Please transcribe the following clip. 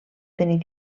tenir